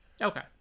Okay